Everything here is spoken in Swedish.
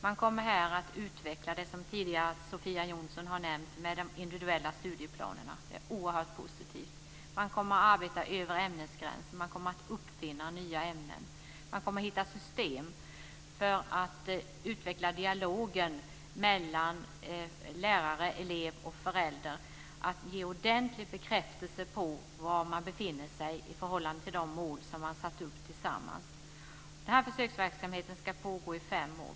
Man kommer här att utveckla det som Sofia Jonsson tidigare har nämnt, nämligen de individuella studieplanerna. Det är oerhört positivt. Man kommer att arbeta över ämnesgränserna. Man kommer att uppfinna nya ämnen. Man kommer att hitta system för att utveckla dialogen mellan lärare, elev och förälder att ge ordentlig bekräftelse på var eleven befinner sig i förhållande till de mål som man tillsammans har satt upp. Denna försöksverksamhet ska pågå under fem år.